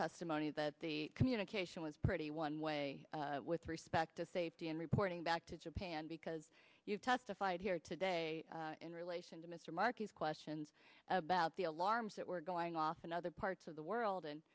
testimony that the communication was pretty one way with respect to safety and reporting back to japan because you testified here today in relation to mr marquis's questions about the alarms that were going off in other parts of the world and